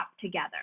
together